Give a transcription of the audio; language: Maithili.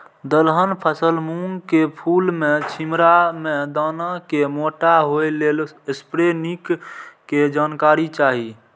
दलहन फसल मूँग के फुल में छिमरा में दाना के मोटा होय लेल स्प्रै निक के जानकारी चाही?